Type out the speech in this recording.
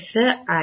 ആയിരിക്കും